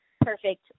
perfect